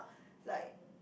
like